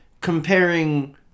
comparing